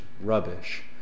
rubbish